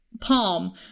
palm